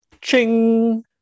Ching